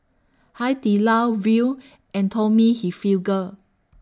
Hai Di Lao Viu and Tommy Hilfiger